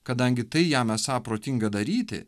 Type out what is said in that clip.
kadangi tai jam esą protinga daryti